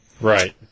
Right